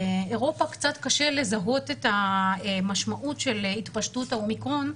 באירופה קצת קשה לזהות את המשמעות של התפשטות האומיקרון,